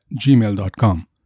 gmail.com